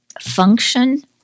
function